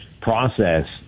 process